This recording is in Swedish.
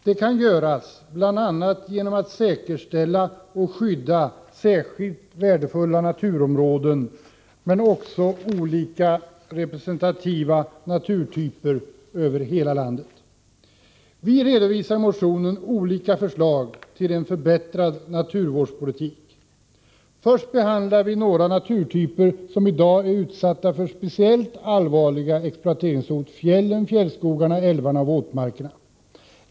Detta kan göras bl.a. genom att säkerställa och skydda särskilt värdefulla naturområden men också olika representativa naturtyper över hela landet. Vi redovisar i motionen olika förslag till en förbättrad naturvårdspolitik. Först behandlar vi några naturtyper som i dag är utsatta för speciellt allvarliga exploateringshot — fjällen, fjällskogarna, älvarna och våtmarkerna.